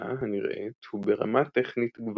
השגיאה הנראית הוא ברמה טכנית גבוהה,